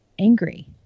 angry